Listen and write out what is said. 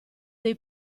dei